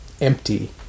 empty